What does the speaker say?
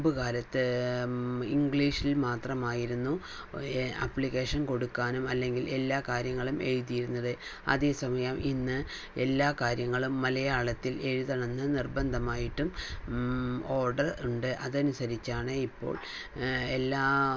മുമ്പ് കാലത്ത് ഇംഗ്ലീഷിൽ മാത്രമായിരുന്നു അപ്ലിക്കേഷൻ കൊടുക്കാനും അല്ലെങ്കിൽ എല്ലാ കാര്യങ്ങളും എഴുതിയിരുന്നത് അതേസമയം ഇന്ന് എല്ലാ കാര്യങ്ങളും മലയാളത്തിൽ എഴുതണം എന്ന് നിർബന്ധം ആയിട്ടും ഓർഡർ ഉണ്ട് അതനുസരിച്ചാണ് ഇപ്പോൾ എല്ലാം